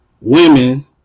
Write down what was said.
women